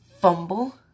fumble